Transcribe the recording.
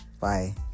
Bye